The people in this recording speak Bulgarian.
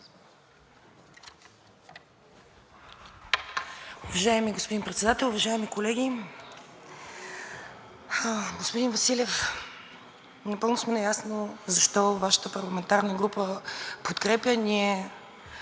Уважаеми господин Председател, уважаеми колеги! Господин Василев, напълно сме наясно защо Вашата парламентарна група подкрепя, ние